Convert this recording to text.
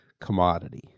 commodity